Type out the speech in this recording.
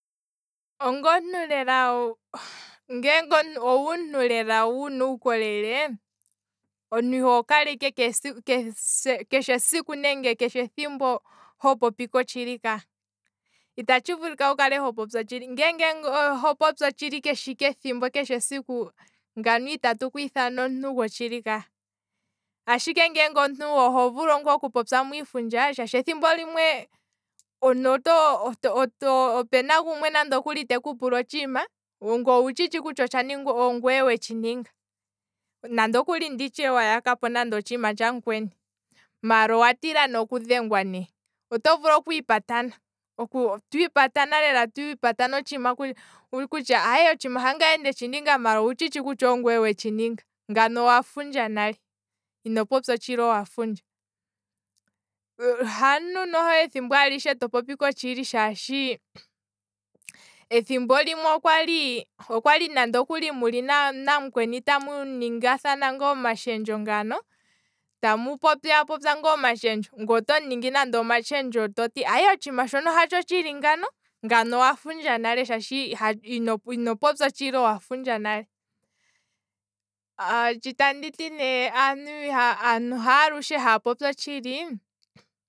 Ongomuntu lela, onga omuntu wuna uukolele, omuntu iho kala ike keshi keshe ethimbo ho popi otshili ka, ngele oho popi otshili keshe ike ethimbo keshe ike esiku, ngano itatu kwiithana omuntu gotshili ka, ashike ngele oho fulu ngaa oku popyamo iifundaj, omuntu oto- oto- opena gumwe nande okuli teku pula otshiima, ndele ongweye wetshi ninga, nanditye nande okuli wayakapo nande otshiima tshamukweni, maala owa tilane okudhengwa ne, oto vulu okwiipatana, twiipatana lela, twiipatana otshiima kutya hangaye ndetshi ninga, maala owutshitshi lela kutya ongweye wetshininga, ngano owafundja nale ino popya otshili, owa fundja nale, kashishi ike ethimbo alishe to popi otshili, shaashi thimbo limwe okwali ike muli namukweni tamu iningi omatshendjo tamu opo pyaapopya nga omatshendjo, ngweye otomu ningi omatshendjo ngaano kutya aye otshiima shono hatsho tshili ngano, ngano owa fundja nale shaashi ino- ino popya otshili owa fundja nale, shi tandi ti ne kutya aantu haalushe haya popi otshili